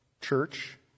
church